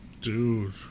Dude